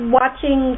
watching